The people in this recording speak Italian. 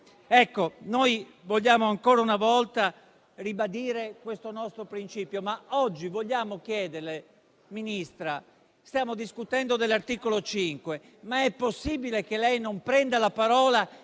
Noi vogliamo ancora una volta ribadire questo nostro principio, ma oggi vogliamo fare una domanda alla signora Ministra. Stiamo discutendo dell'articolo 5, ma è possibile che lei non prenda la parola